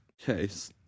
case